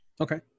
Okay